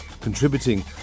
contributing